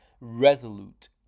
resolute